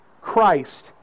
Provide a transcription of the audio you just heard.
Christ